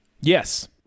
Yes